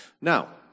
Now